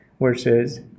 versus